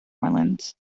orleans